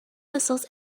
whistles